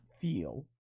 feel